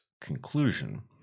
conclusion